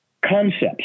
concepts